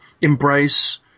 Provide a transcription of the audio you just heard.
embrace